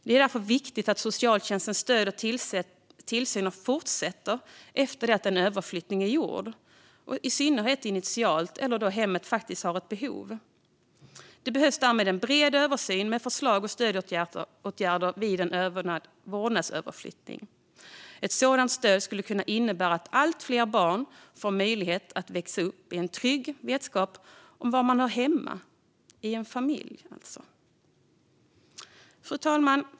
Det är därför viktigt att socialtjänstens stöd och tillsyn fortsätter också efter att en vårdnadsöverflyttning har skett, i synnerhet initialt eller då hemmet har behov av det. Det behövs därför en bred översyn med förslag till stödåtgärder vid vårdnadsöverflyttning. Ett sådant stöd skulle kunna innebära att allt fler barn får möjlighet att växa upp i trygg vetskap om var de hör hemma - i en familj, alltså. Fru talman!